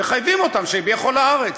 מחייבים אותם שזה יהיה בכל הארץ,